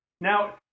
Now